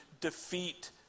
defeat